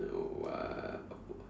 !wow!